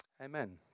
Amen